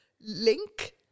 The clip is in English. link